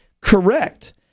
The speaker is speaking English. Correct